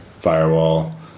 firewall